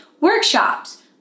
workshops